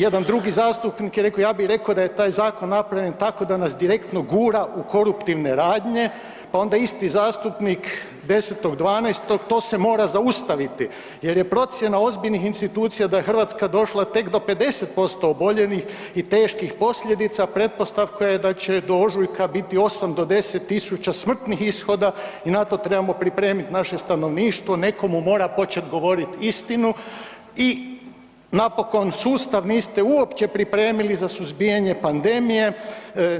Jedan drugi zastupnik je rekao, ja bi rekao da je taj zakon napravljen tako da nas direktno gura u koruptivne radnje, pa onda isti zastupnik 10.12., to se mora zaustaviti jer je procjena ozbiljnih institucija da je Hrvatska došla tek do 50% oboljenih i teških posljedica, pretpostavka je da će do ožujka biti 8 do 10 tisuća smrtnih ishoda i na to trebamo pripremiti naše stanovništvo, netko mu mora početi govoriti istinu i napokon, sustav niste uopće pripremili za suzbijanje pandemije,